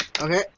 Okay